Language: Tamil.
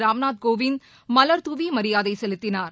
ராம்நாத் கோவிந்த் மலர் தூவி மரியாதை செலுத்தினார்